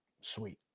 sweet